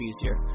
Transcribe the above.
easier